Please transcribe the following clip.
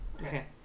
Okay